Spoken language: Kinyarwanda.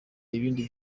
ibindi